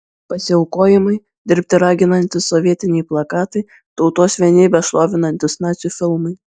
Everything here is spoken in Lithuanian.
pasiaukojamai dirbti raginantys sovietiniai plakatai tautos vienybę šlovinantys nacių filmai